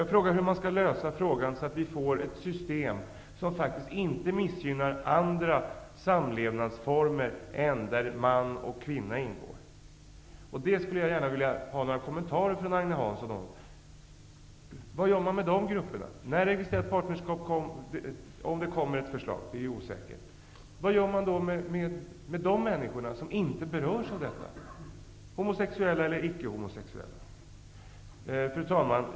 Jag undrar hur vi skall lösa denna fråga, så att vi får fram ett system som inte missgynnar andra samlevnadsformer än de där man och kvinna ingår. Jag skulle gärna vilja få några kommentarer från Agne Hansson om detta. Vad görs med dessa grupper? Om det kommer ett förslag från utredningen om registrerat partnerskap, vilket är osäkert, vad görs då med människor som inte berörs av detta -- de kan vara homosexuella eller icke? Fru talman!